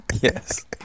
yes